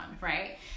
right